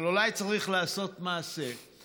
אבל אולי צריך לעשות מעשה,